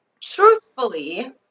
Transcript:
truthfully